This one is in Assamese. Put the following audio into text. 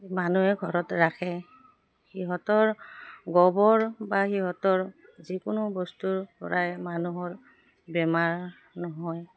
মানুহে ঘৰত ৰাখে সিহঁতৰ গোবৰ বা সিহঁতৰ যিকোনো বস্তুৰ পৰাই মানুহৰ বেমাৰ নহয়